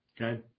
okay